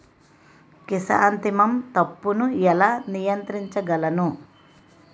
Chrysanthemum తప్పును ఎలా నియంత్రించగలను?